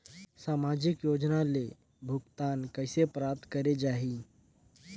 समाजिक योजना ले भुगतान कइसे प्राप्त करे जाहि?